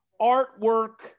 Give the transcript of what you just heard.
artwork